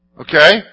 Okay